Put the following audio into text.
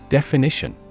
Definition